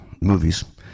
movies